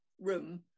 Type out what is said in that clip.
room